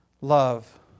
love